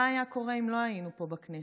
מה היה קורה אם לא היינו פה בכנסת?